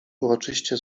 uroczyście